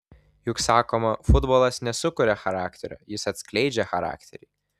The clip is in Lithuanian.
juk sakoma futbolas nesukuria charakterio jis atskleidžia charakterį